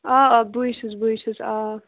آ آ بٕے چھُس بٕے چھُس آ آ